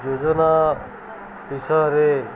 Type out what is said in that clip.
ଯୋଜନା ବିଷୟରେ